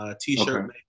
T-shirt